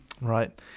Right